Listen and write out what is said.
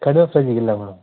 ಕಡಿಮೆ ಪ್ರೈಸಿಗೆ ಇಲ್ಲ ಮೇಡಮ್